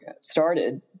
started